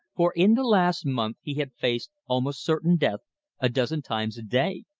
for in the last month he had faced almost certain death a dozen times a day.